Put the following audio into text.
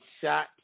shot